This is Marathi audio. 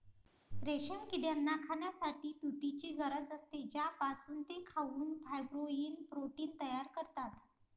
रेशीम किड्यांना खाण्यासाठी तुतीची गरज असते, ज्यापासून ते खाऊन फायब्रोइन प्रोटीन तयार करतात